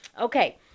okay